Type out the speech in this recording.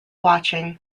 watching